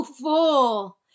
full